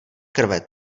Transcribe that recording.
krve